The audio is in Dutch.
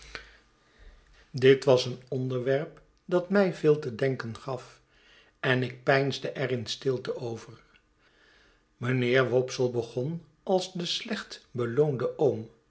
dit was een onderwerp dat mij veel te denken gaf en ik peinsde er in stilte over mijnheer wopsle begori als de slechtbeloonde oom